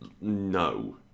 no